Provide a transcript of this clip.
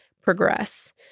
progress